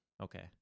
Okay